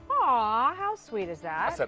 ah how sweet is that. but